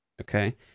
okay